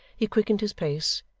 he quickened his pace,